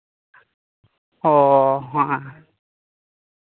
ᱚᱻ ᱦᱮᱸ